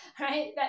right